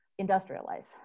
industrialize